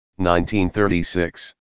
1936